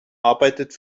arbeitet